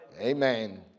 Amen